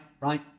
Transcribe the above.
Right